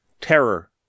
Terror